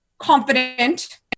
confident